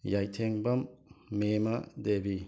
Yaithengbam Mema Devi